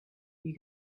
you